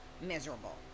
miserable